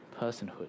personhood